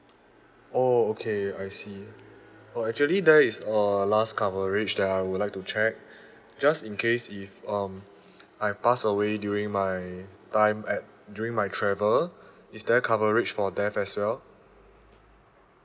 oh okay I see oh actually there is uh last coverage that I would like to check just in case if um I pass away during my time at during my travel is there a coverage for death as well